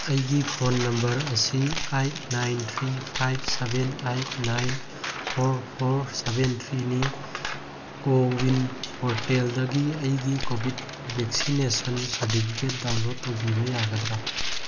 ꯑꯩꯒꯤ phone number ꯑꯁꯤ eight nine three five seven eight nine four four seven ꯊ꯭ꯔꯤꯅꯤ ꯀꯣꯋꯤꯟ ꯄꯣꯔꯇꯦꯜꯗꯒꯤ ꯑꯩꯒꯤ ꯀꯣꯕꯤꯠ ꯕꯦꯛꯁꯤꯅꯦꯁꯟ ꯁꯥꯔꯇꯤꯐꯤꯀꯦꯠ ꯗꯥꯎꯟꯂꯣꯠ ꯇꯧꯕꯤꯕ ꯌꯥꯒꯗ꯭ꯔꯥ